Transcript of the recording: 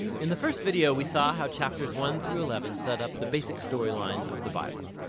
in the first video we saw how chapters one through eleven set up the basic storyline of the bible.